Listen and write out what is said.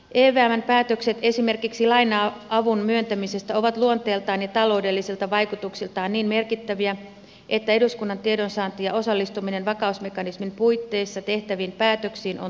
evmn päätökset esimerkiksi laina avun myöntämisestä ovat luonteeltaan ja taloudellisilta vaikutuksiltaan niin merkittäviä että eduskunnan tiedonsaanti ja osallistuminen vakausmekanismin puitteissa tehtäviin päätöksiin on turvattava